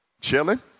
chilling